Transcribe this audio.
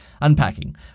unpacking